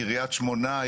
קריית שמונה,